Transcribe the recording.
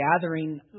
gathering